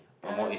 the